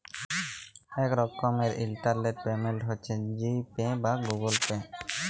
ইক রকমের ইলটারলেট পেমেল্ট হছে জি পে বা গুগল পে